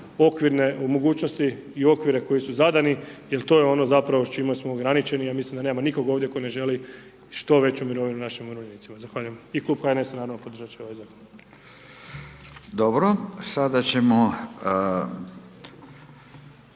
okvirne, u mogućnosti i okvire koji su zadani jel to je ono zapravo s čime smo ograničeni, ja mislim da nema nikoga ovdje tko ne želi što veću mirovinu našim umirovljenicima. Zahvaljujem. I klub HNS naravno podržati će ovaj Zakon. **Radin,